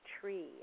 tree